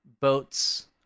boats